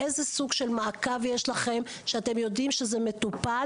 איזה סוג של מעקב יש לכם, כשאתם יודעים שזה מטופל?